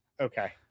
okay